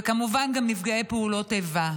וכמובן גם נפגעי פעולות איבה.